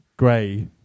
Gray